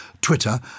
Twitter